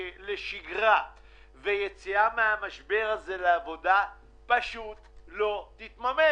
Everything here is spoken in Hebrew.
לשגרה ויציאה מהמשבר הזה לעבודה פשוט לא יתממשו.